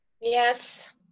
Yes